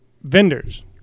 vendors